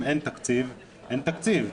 אם אין תקציב אז אין תקציב,